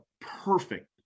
perfect